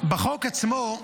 שבחוק עצמו,